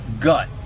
gut